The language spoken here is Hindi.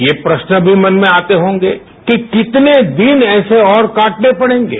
ये प्रश्न भी मन में आते होंगे कि कितने दिन ऐसे और काटने पड़ेगे